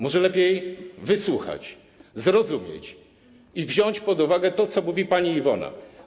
Może lepiej wysłuchać, zrozumieć i wziąć pod uwagę to, co mówi pani Iwona?